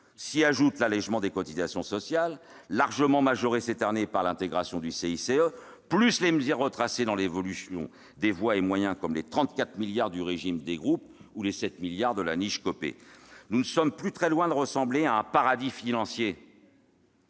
s'ajoutent les allégements de cotisations sociales, largement majorés cette année par l'intégration du CICE et les mesures retracées dans l'évaluation des voies et moyens, comme les 34 milliards d'euros du régime des groupes ou les 7 milliards d'euros de la « niche Copé »? Nous ne sommes plus très loin de ressembler à un paradis financier